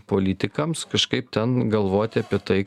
politikams kažkaip ten galvoti apie tai